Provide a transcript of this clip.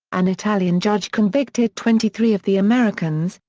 an italian judge convicted twenty three of the americans,